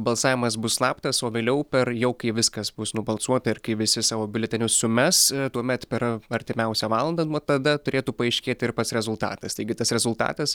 balsavimas bus slaptas o vėliau per jau kai viskas bus nubalsuota ir kai visi savo biuletenius sumes tuomet per artimiausią valandą nuo tada turėtų paaiškėti ir pats rezultatas taigi tas rezultatas